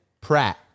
Pratt